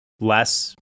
less